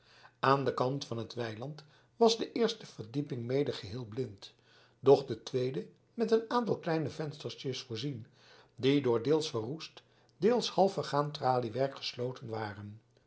aan den kant van het weiland was de eerste verdieping mede geheel blind doch de tweede met een aantal kleine venstertjes voorzien die door deels verroest deels half vergaan traliewerk gesloten waren